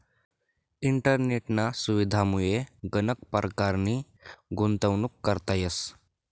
इंटरनेटना सुविधामुये गनच परकारनी गुंतवणूक करता येस